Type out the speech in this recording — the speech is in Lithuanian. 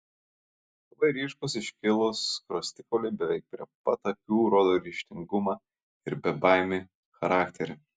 labai ryškūs iškilūs skruostikauliai beveik prie pat akių rodo ryžtingumą ir bebaimį charakterį